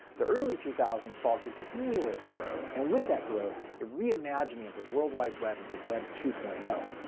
the early two thousand s saw continuous growth, and with that growth a reimaging of the world wide web into web two point you know